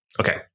Okay